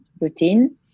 routine